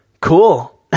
cool